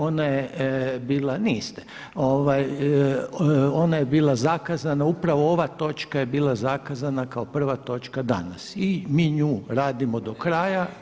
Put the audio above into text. Ona je bila, niste, ona je bila zakazana upravo ova točka je bila zakazana kao prva točka danas i mi nju radimo do kraja.